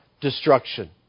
destruction